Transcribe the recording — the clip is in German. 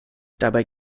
dabei